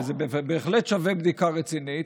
וזה בהחלט שווה בדיקה רצינית,